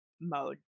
mode